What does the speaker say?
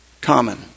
common